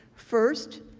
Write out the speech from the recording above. first,